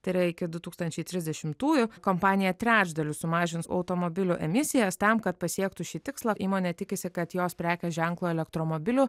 tai yra iki du tūkstančiai trisdešimtųjų kompanija trečdaliu sumažins automobilių emisijas tam kad pasiektų šį tikslą įmonė tikisi kad jos prekės ženklo elektromobilių